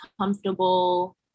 comfortable